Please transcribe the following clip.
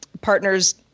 partners